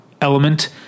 element